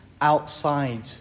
outside